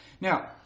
Now